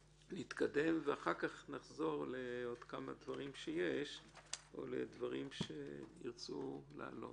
ואחר כך נחזור לעוד כמה דברים שיש או לדברים שירצו להעלות.